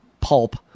pulp